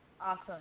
Awesome